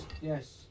Yes